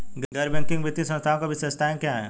गैर बैंकिंग वित्तीय संस्थानों की विशेषताएं क्या हैं?